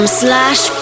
slash